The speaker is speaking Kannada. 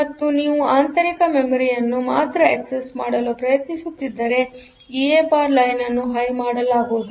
ಮತ್ತು ನೀವುಆಂತರಿಕ ಮೆಮೊರಿಯನ್ನು ಮಾತ್ರ ಆಕ್ಸೆಸ್ ಮಾಡಲುಪ್ರಯತ್ನಿಸುತ್ತಿದ್ದರೆಇಎ ಬಾರ್ ಲೈನ್ ಅನ್ನು ಹೈ ಮಾಡಲಾಗುವುದು